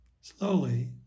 slowly